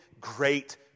great